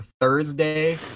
Thursday